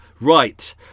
Right